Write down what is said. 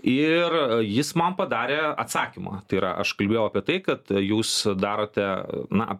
ir jis man padarė atsakymą tai yra aš kalbėjau apie tai kad jūs darote na